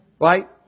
Right